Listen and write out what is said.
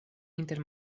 inter